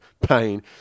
pain